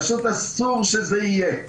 פשוט אסור שזה יהיה.